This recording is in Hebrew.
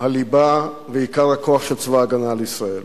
הליבה ועיקר הכוח של צבא-הגנה לישראל.